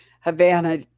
Havana